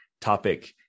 topic